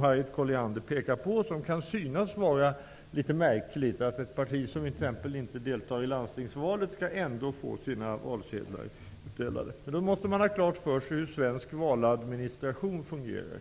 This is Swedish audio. Harriet Colliander pekar på att ett parti som t.ex. inte deltar i landstingsvalet ändå skall få sina valsedlar utdelade, vilket kan synas vara litet märkligt. Man måste emellertid ha klart för sig hur den svenska valadministration fungerar.